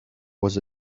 was